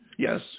Yes